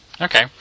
Okay